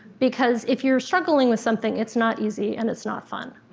because if you're struggling with something, it's not easy and it's not fun.